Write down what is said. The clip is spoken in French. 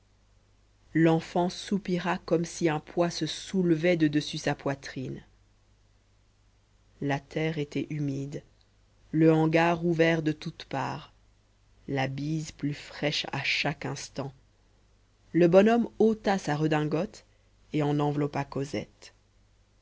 l'enfant soupira comme si un poids se soulevait de dessus sa poitrine la terre était humide le hangar ouvert de toute part la bise plus fraîche à chaque instant le bonhomme ôta sa redingote et en enveloppa cosette